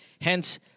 Hence